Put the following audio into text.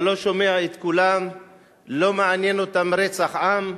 אתה לא שומע את כולם, לא מעניין אותם רצח עם,